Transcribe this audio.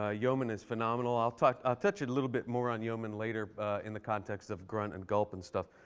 ah yeoman is phenomenal. i'll touch ah touch a little bit more on yeoman later in the context of grunt and gulp and stuff.